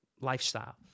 lifestyle